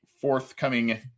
forthcoming